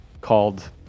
called